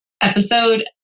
episode